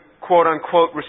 quote-unquote